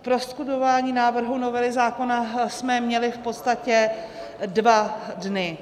K prostudování návrhu novely zákona jsme měli v podstatě dva dny.